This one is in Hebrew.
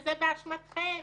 וזה באשמתכם.